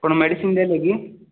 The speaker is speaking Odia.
କ'ଣ ମେଡ଼ିସିନ୍ ନେବେ କି